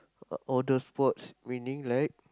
outdoor sports meaning like